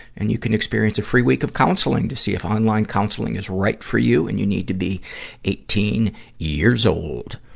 and you can experience a free week of counseling to see if online counseling is right for you. and you need to be eighteen years old.